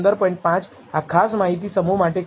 5 આ ખાસ માહિતી સમૂહ માટે કરેલ છે